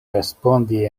respondi